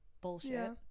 bullshit